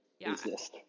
exist